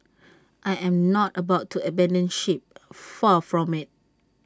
I am not about to abandon ship far from IT